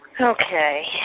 Okay